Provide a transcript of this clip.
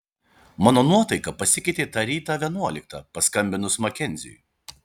mano nuotaika pasikeitė tą rytą vienuoliktą paskambinus makenziui